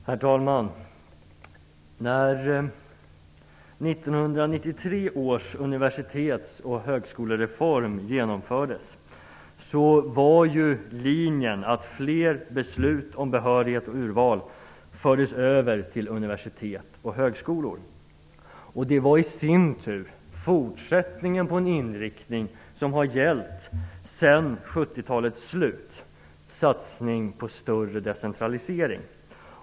Herr talman! Då 1993 års universitets och högskolereform genomfördes var linjen att föra fler beslut om behörighet och urval över till universitet och högskolor. Det i sin tur var en fortsättning på en inriktning som har gällt sedan 70-talets slut, nämligen satsningen på en större decentralisering.